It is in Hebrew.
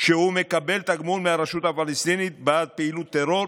שהוא מקבל תגמול מהרשות הפלסטינית בפעילות טרור,